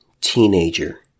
teenager